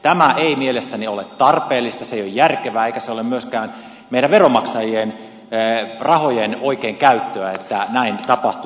tämä ei mielestäni ole tarpeellista se ei ole järkevää eikä se ole myöskään meidän veronmaksajien rahojen oikein käyttöä että näin tapahtuu